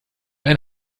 ein